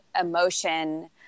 emotion